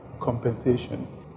compensation